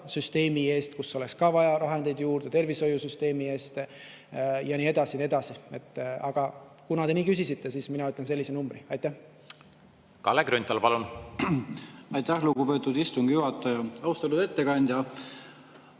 sotsiaalsüsteemi eest, kus oleks ka vaja vahendeid juurde, tervishoiusüsteemi eest ja nii edasi ja nii edasi. Aga kuna te küsisite, siis mina ütlen sellise numbri. Kalle Grünthal, palun! Aitäh, lugupeetud istungi juhataja! Austatud ettekandja!